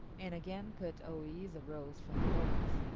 and again kut-o-yis' arose from the bones.